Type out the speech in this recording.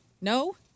No